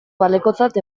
balekotzat